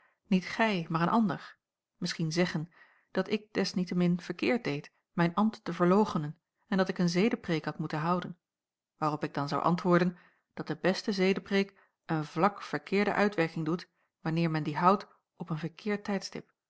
niet gij maar een ander misschien zeggen dat ik desniettemin verkeerd deed mijn ambt te verloochenen en dat ik een zedepreêk had moeten houden waarop ik dan zou antwoorden dat de beste zedepreêk een vlak verkeerde uitwerking doet wanneer men die houdt op een verkeerd tijdstip